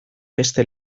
beste